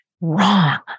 Wrong